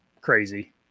crazy